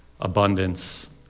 abundance